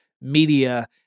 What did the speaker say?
media